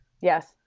Yes